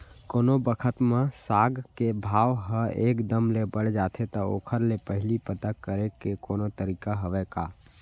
कोनो बखत म साग के भाव ह एक दम ले बढ़ जाथे त ओखर ले पहिली पता करे के कोनो तरीका हवय का?